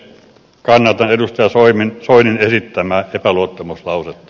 kannatan edustaja soinin esittämää epäluottamuslausetta